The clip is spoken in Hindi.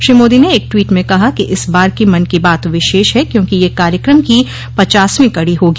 श्री मोदी ने एक टवीट में कहा कि इस बार की मन की बात विशेष है क्योंकि यह कार्यक्रम की पचासवीं कड़ी होगी